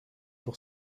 pour